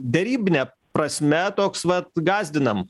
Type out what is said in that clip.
derybine prasme toks vat gąsdinam